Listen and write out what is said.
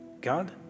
God